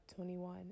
21